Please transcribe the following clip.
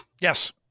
Yes